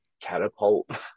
catapult